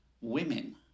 women